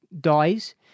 dies